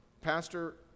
pastor